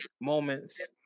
Moments